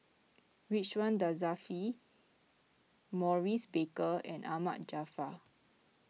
Ridzwan Dzafir Maurice Baker and Ahmad Jaafar